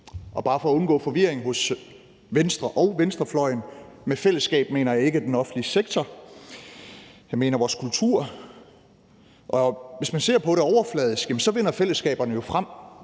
For at undgå forvirring hos Venstre og venstrefløjen mener jeg med fællesskab ikke den offentlige sektor, jeg mener vores kultur. Hvis man ser på det overfladisk, vinder fællesskaberne jo frem